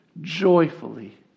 joyfully